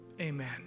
amen